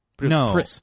no